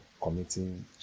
committing